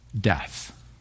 death